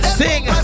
sing